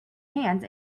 hands